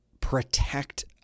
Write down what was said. protect